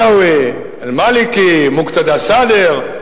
עלאווי, אל-מאלכי, מוקתדא א-סאדר.